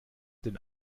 den